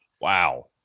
Wow